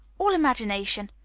all imagination.